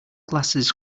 glasses